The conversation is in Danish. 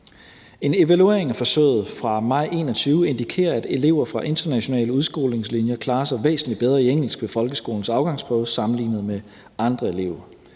En evaluering af forsøget fra maj 2021 indikerer, at elever fra internationale udskolingslinjer klarer sig væsentlig bedre i engelsk ved folkeskolens afgangsprøve sammenlignet med andre elever.